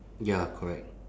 ya correct